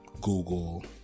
Google